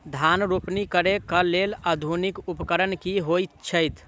धान रोपनी करै कऽ लेल आधुनिक उपकरण की होइ छथि?